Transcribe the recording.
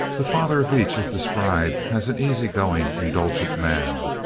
the father of each is described as an easy-going, indulgent man,